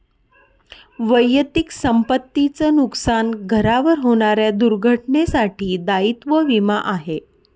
वैयक्तिक संपत्ती च नुकसान, घरावर होणाऱ्या दुर्घटनेंसाठी दायित्व विमा आहे